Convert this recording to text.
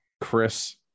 chris